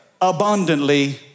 abundantly